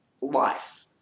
life